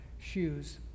shoes